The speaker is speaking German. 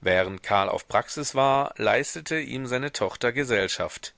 während karl auf praxis war leistete ihm seine tochter gesellschaft